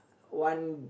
one